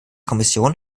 kommission